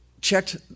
checked